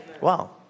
Wow